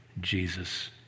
Jesus